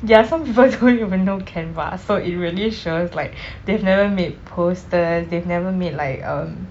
ya some people don't even know canva so it really shows like they have never made posters they have never made like um